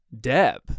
Deb